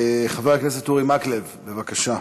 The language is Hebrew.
חבר הכנסת אורי מקלב, בבקשה.